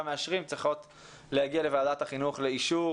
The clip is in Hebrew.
מאשרים צריכות להגיע לוועדת החינוך לאישור